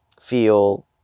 feel